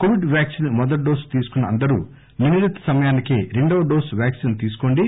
Covid vaccine మొదటి dose తీసుకున్న అందరూ నిర్ణీత సమయానికే రెండవ డోసు వ్యాక్పి తీసుకోండి